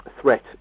threat